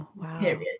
period